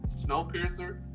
Snowpiercer